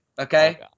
Okay